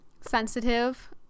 sensitive